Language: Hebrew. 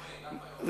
הדף היומי.